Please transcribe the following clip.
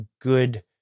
good